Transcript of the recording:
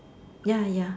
ya ya